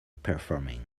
performing